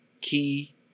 key